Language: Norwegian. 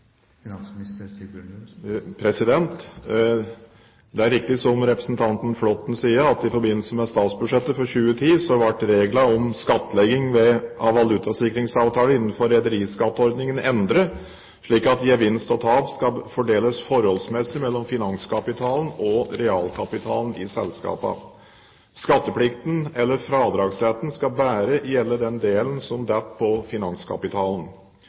Det er riktig som representanten Flåtten sier, at i forbindelse med statsbudsjettet for 2010 ble reglene om skattlegging av valutasikringsavtaler innenfor rederiskatteordningen endret, slik at gevinst og tap skal fordeles forholdsmessig mellom finanskapitalen og realkapitalen i selskapene. Skatteplikten eller fradragsretten skal bare gjelde den delen som faller på finanskapitalen.